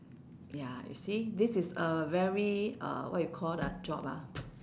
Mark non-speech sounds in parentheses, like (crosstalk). ya you see this is a very uh what you call that job ah (noise)